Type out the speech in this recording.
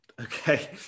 Okay